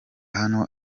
hano